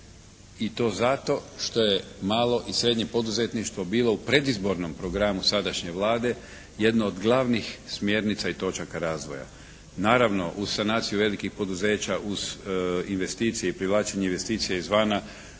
i to zato što je malo i srednje poduzetništvo bilo u predizbornom programu sadašnje Vlade jedno od glavnih smjernica i točaka razvoja. Naravno, uz sanaciju velikih poduzeća uz investicije i privlačenje investicija izvana,